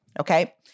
Okay